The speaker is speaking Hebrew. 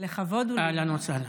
אהלן וסהלן.